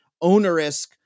onerous